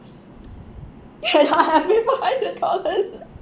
and I'll pay four hundred dollars